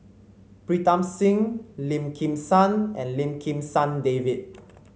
Pritam Singh Lim Kim San and Lim Kim San David